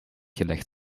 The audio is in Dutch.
gelegd